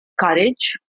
courage